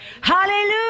Hallelujah